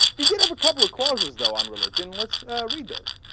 they did have a couple of clauses though on religion. let's read those.